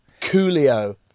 coolio